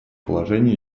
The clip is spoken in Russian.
положение